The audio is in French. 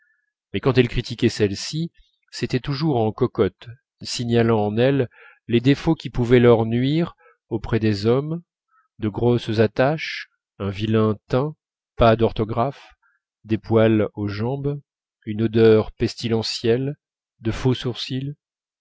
mais quand elle critiquait celles-ci c'était toujours en cocotte signalant en elles les défauts qui pouvaient leur nuire auprès des hommes de grosses attaches un vilain teint pas d'orthographe des poils aux jambes une odeur pestilentielle de faux sourcils